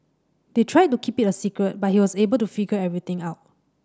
they tried to keep it a secret but he was able to figure everything out